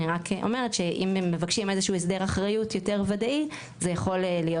אני רק אומרת שאם הם מבקשים איזשהו הסדר אחריות יותר ודאי זה יכול להיות